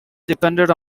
depended